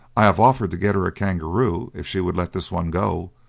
i have offered to get her a kangaroo if she would let this one go,